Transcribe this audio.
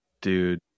dude